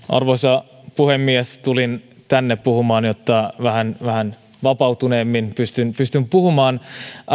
arvoisa puhemies tulin tänne puhujakorokkeelle puhumaan jotta vähän vähän vapautuneemmin pystyn pystyn puhumaan